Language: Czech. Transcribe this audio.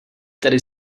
tedy